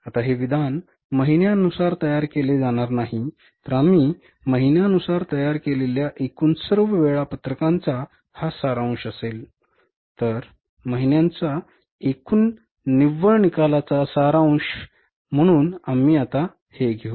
आता हे विधान महिन्यानुसार तयार केले जाणार नाही तर आम्ही महिन्यानुसार तयार केलेल्या एकूण सर्व वेळापत्रकांचा हा सारांश असेल तर महिन्यांच्या एकूण निव्वळ निकालाचा सारांश म्हणून आम्ही आता ते घेऊ